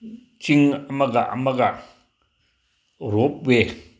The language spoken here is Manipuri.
ꯆꯤꯡ ꯑꯃꯒ ꯑꯃꯒ ꯔꯣꯞ ꯋꯦ